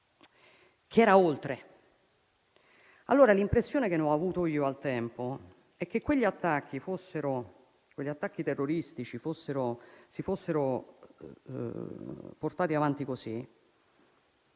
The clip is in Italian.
che andava oltre, e l'impressione che ne ho avuto io al tempo è che quegli attacchi terroristici fossero stati portati avanti in